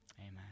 Amen